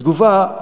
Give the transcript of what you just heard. בתגובה,